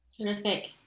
Terrific